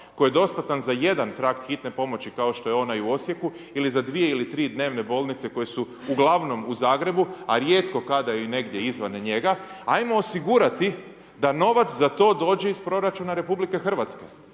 koji je dostatan za jedan trakt hitne pomoći kao što je onaj u Osijeku ili za dvije ili tri dnevne bolnice koje su uglavnom u Zagrebu, a rijetko kada i negdje izvan njega, ajmo osigurati da novac za to dođe iz proračuna RH. Ajmo vratiti